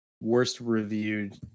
worst-reviewed